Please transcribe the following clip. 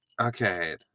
Okay